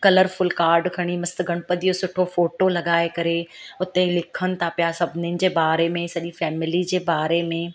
colourful card खणी मस्तु गणपति जो सुठो फ़ोटो लॻाए करे उते लिखनि था पिया सभिनीनि जे बारे में सॼी फैमिली जे बारे में